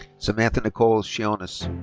samantha nicole shionis.